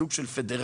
סוג של פדרליות.